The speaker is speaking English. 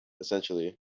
essentially